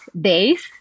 days